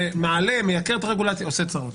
זה מעלה ומייקר את הרגולציה ועושה צרות.